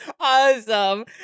awesome